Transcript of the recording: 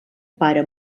pare